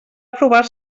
aprovar